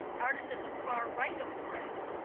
artists at the far right of the graph,